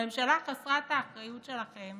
הממשלה חסרת האחריות שלכם